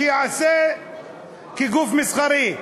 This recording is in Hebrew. שיעשה כגוף מסחרי.